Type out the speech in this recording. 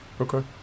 okay